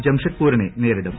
ജംഷഡ്പൂരിനെ നേരിടും